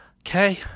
okay